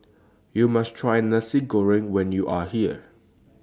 YOU must Try Nasi Goreng when YOU Are here